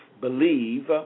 believe